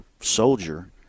soldier